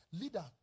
leader